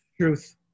Truth